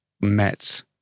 met